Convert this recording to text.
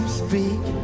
speak